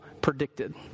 predicted